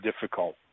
difficult